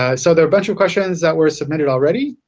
ah so there are a bunch of questions that were submitted already.